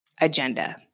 agenda